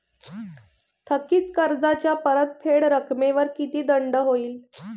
थकीत कर्जाच्या परतफेड रकमेवर किती दंड होईल?